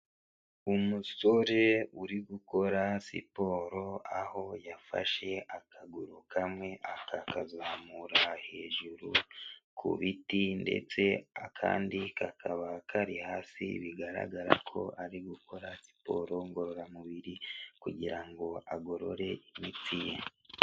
Umusore uri gukora siporo, aho yafashe akaguru kamwe akakazamura hejuru ku biti ndetse akandi kakaba kari hasi, bigaragara ko ari gukora siporo ngororamubiri kugira ngo agorore imitsi ye.